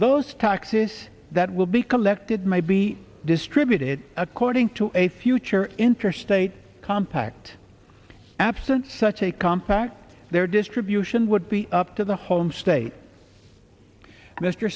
those taxes that will be collected may be distributed according to a future interstate compact absent such a compact their distribution would be up to the home state mr